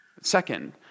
Second